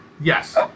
Yes